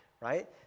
right